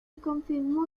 confirmó